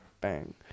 bang